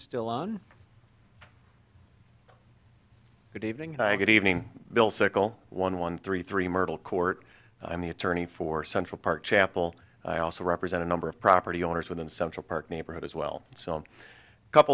still on good evening hi good evening bill circle one one three three myrtle court i'm the attorney for central park chapel i also represent a number of property owners within central park neighborhood as well so a